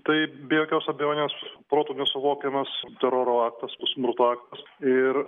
tai be jokios abejonės protu nesuvokiamas teroro aktas smurto aktas ir